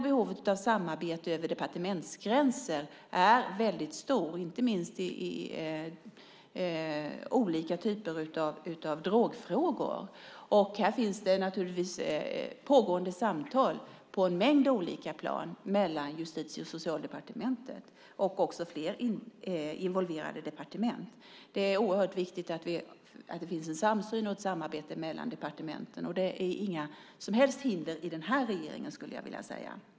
Behovet av samarbete över departementsgränser är väldigt stort, inte minst i olika typer av drogfrågor. Här finns det pågående samtal på en mängd olika plan mellan Justitiedepartementet och Socialdepartementet. Det finns också fler involverade departement. Det är oerhört viktigt att det finns en samsyn och ett samarbete mellan departementen. Det finns inga som helst hinder för detta i den här regeringen.